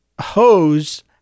hose